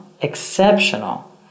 exceptional